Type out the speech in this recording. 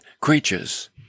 creatures